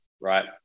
right